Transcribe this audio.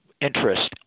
interest